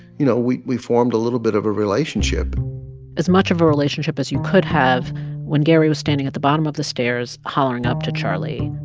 you know, we we formed a little bit of a relationship as much of a relationship as you could have when gary was standing at the bottom of the stairs stairs hollering up to charlie,